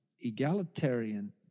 egalitarian